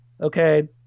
okay